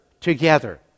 together